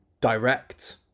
direct